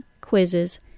quizzes